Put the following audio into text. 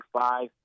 five